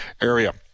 area